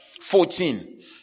Fourteen